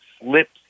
slips